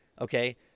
Okay